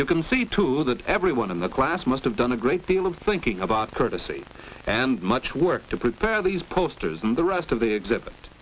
you can see to that everyone in the class must have done a great deal of thinking about courtesy and much work to prepare these posters and the rest of the ex